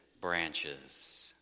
branches